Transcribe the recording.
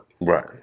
right